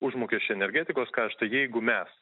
užmokesčio energetikos kaštai jeigu mes